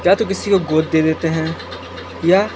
या तो किसी को गोद दे देते हैं या